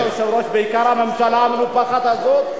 אדוני היושב-ראש, בעיקר הממשלה המנופחת הזאת.